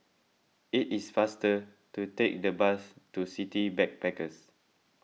it is faster to take the bus to City Backpackers